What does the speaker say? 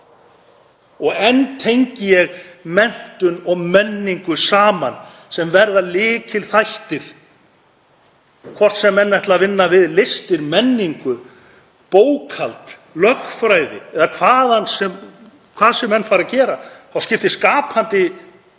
Enn tengi ég menntun og menningu saman sem verða lykilþættir hvort sem menn ætla að vinna við listir, menningu, bókhald, lögfræði eða hvað sem menn fara að gera, þá skiptir skapandi hugsun